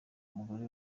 umugore